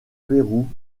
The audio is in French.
pérou